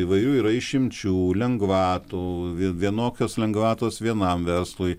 įvairių yra išimčių lengvatų vienokios lengvatos vienam verslui